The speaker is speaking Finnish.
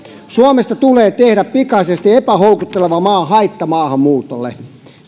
suomesta tulee tehdä pikaisesti epähoukutteleva maa haittamaahanmuutolle